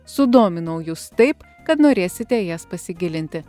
sudominau jus taip kad norėsite į jas pasigilinti